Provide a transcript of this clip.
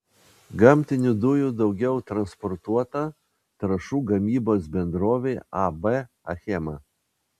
gamtinių dujų daugiau transportuota trąšų gamybos bendrovei ab achema